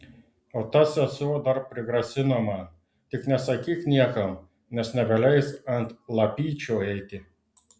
o ta sesuo dar prigrasino man tik nesakyk niekam nes nebeleis ant lapyčių eiti